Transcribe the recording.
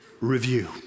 review